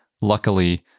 luckily